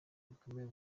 bikomeye